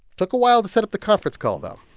took a while to set up the conference call, though